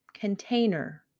Container